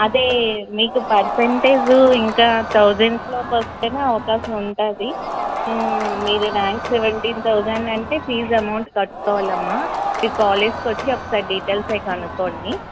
అదే మీకు పర్సెంటేజు ఇంకా తౌజండ్స్లోపు వస్తేనే అవకాశం ఉంటుంది మీది ర్యాంక్ సెవెంటీన్ తౌజండ్ అంటే ఫీజ్ అమోంట్ కట్టుకోవాలమ్మ మీరు కాలేజీకొచ్చి ఒక్కసారి డీటెయిల్స్ అవి కనుక్కోండి